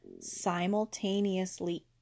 simultaneously